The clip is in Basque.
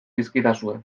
dizkidazue